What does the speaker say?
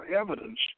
evidence